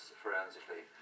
forensically